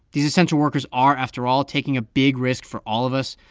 these essential workers are, after all, taking a big risk for all of us,